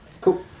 Cool